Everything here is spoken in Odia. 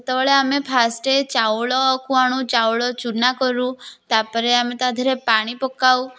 ସେତେବେଳେ ଆମେ ଫାର୍ଷ୍ଟ୍ ଚାଉଳକୁ ଆଣୁ ଚାଉଳ ଚୁନା କରୁ ତାପରେ ଆମେ ତା ଦିହରେ ପାଣି ପକାଉ